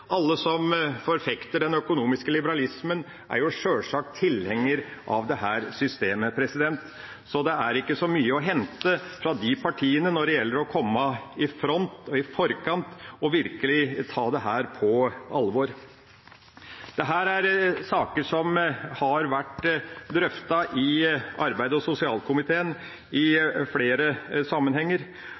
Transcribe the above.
Alle som forfekter den økonomiske liberalismen, er sjølsagt tilhenger av dette systemet. Så det er ikke så mye å hente fra de partiene når det gjelder å komme i front og i forkant og virkelig ta dette på alvor. Dette er saker som har vært drøftet i arbeids- og sosialkomiteen i flere sammenhenger.